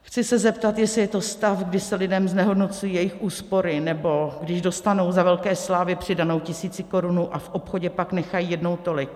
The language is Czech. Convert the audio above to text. Chci se zeptat, jestli je to stav, kdy se lidem znehodnocují jejich úspory, nebo když dostanou za velké slávy přidanou tisícikorunu a v obchodě pak nechají jednou tolik.